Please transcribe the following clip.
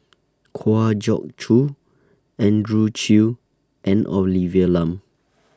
Kwa Geok Choo Andrew Chew and Olivia Lum